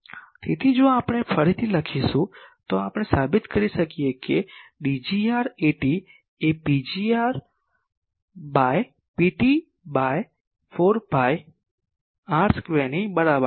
તેથી જો આપણે ફરીથી લખીશું તો આપણે સાબિત કરી શકીએ કે Dgr At એ Pr by Pt 4 pi R સ્ક્વેરની બરાબર હશે